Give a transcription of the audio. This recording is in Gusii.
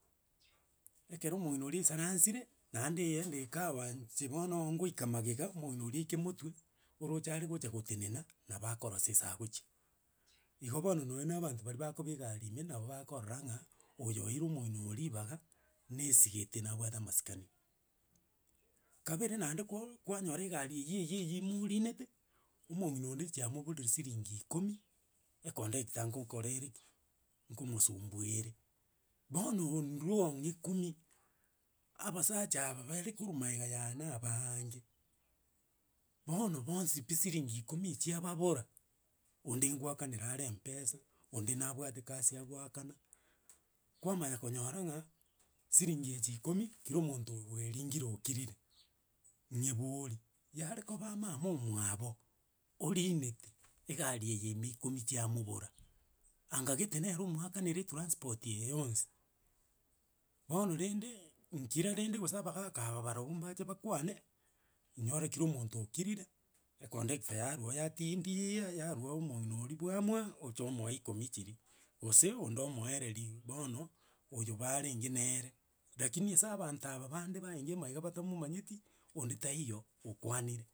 Ekero omong'ina oria aisaransire, nande iende ikawa inche bono ongoika magega, omong'ina oria aike motwe, oroche are gocha gotenena, nabo akorosa ase agochia. Igo bono nonye na abanto baria bakoba egari ime, nabo bakorora ng'a oyo oire omong'ina oyo ribaga, naesigete nabwate amasikani. Kabere naende ko kwanyora egari eyi eyi eyi moorinete, omong'ina onde chiamoborire siringi ikomo, econductor ngokora ere ki, nkomosumbuere. Bono ondurua ong'e ekumi, abasacha aba bare korwa maega yane abaaange. Bono boonsi pi siringi ikomi echiababora, onde ngoakanera are mpesa, onde nabwate kasi agoakana, kwamanya konyora ng'a, siringi echi ikomi, kera omonto orweiringire okirire, nyebori yare koba mama omwabo orinete, egari eye ime ikomi chiamobora, anga gete nere omwakanera etransport eye yonsi. Bono rende, nkira rende gose abagaka aba barobwo mbache bakwane, nyora kira omonto okirire, econductor yarwa oo yatindiaaaa, yarwa omong'ina oria bwamua, ocha omoa ikomi chiria, gose onde omoereria bono, oyo barenge na ere. Rakini ase abanto aba bande barenge maega batamomanyeti, onde taiyo okwanire.